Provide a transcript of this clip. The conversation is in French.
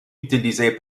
utilisée